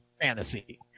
fantasy